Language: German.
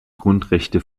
grundrechte